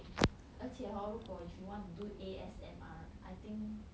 而且 hor 如果 if you want A_S_M_R I think